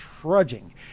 trudging